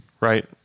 right